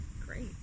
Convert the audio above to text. great